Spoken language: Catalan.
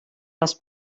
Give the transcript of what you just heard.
les